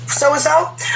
so-and-so